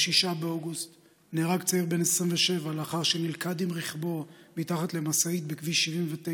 ב-6 באוגוסט נהרג צעיר בן 27 לאחר שנלכד עם רכבו מתחת למשאית בכביש 79,